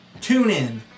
TuneIn